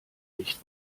nicht